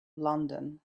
london